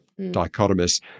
dichotomous